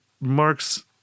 marks